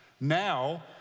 Now